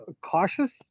cautious